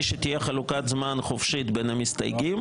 שתהיה חלוקת זמן חופשית בין המסתייגים